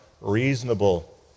reasonable